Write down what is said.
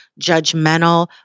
judgmental